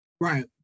Right